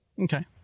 Okay